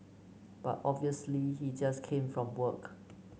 but obviously he just came from work